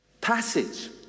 passage